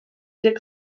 deg